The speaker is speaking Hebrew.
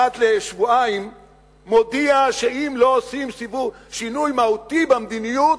אחת לשבועיים מודיע שאם לא עושים שינוי מהותי במדיניות,